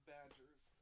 Badgers